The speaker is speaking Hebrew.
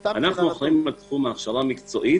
אנחנו אחראים על תחום ההכשרה המקצועית,